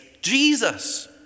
Jesus